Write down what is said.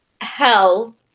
Hell